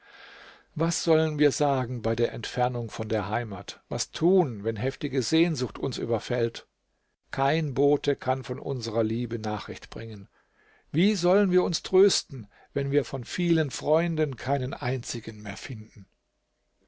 was sollen wir sagen bei der entfernung von der heimat was tun wenn heftige sehnsucht uns überfällt kein bote kann von unserer liebe nachricht bringen wie sollen wir uns trösten wenn wir von vielen freunden keinen einzigen mehr finden